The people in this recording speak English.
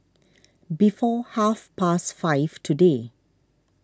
before half past five today